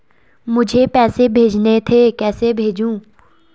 मुझे पैसे भेजने थे कैसे भेजूँ?